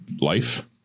life